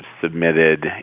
submitted